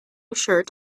shirt